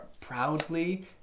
proudly